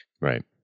Right